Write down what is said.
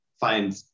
find